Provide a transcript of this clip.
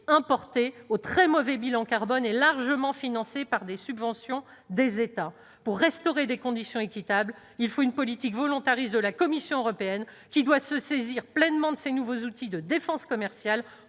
importé, au très mauvais bilan carbone et largement financé par des subventions des États. Pour restaurer des conditions équitables, il faut une politique volontariste de la Commission européenne, qui doit se saisir pleinement de ses nouveaux outils de défense commerciale,